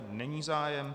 Není zájem.